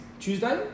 Tuesday